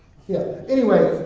yeah. anyway,